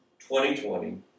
2020